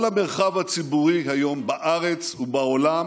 כל המרחב הציבורי היום, בארץ ובעולם,